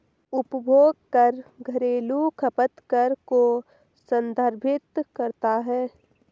उपभोग कर घरेलू खपत कर को संदर्भित करता है